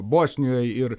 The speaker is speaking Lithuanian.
bosnijoj ir